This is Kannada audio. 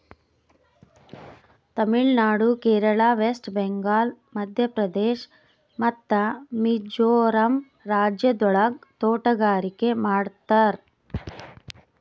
ತಮಿಳು ನಾಡು, ಕೇರಳ, ವೆಸ್ಟ್ ಬೆಂಗಾಲ್, ಮಧ್ಯ ಪ್ರದೇಶ್ ಮತ್ತ ಮಿಜೋರಂ ರಾಜ್ಯಗೊಳ್ದಾಗ್ ತೋಟಗಾರಿಕೆ ಮಾಡ್ತಾರ್